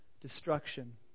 destruction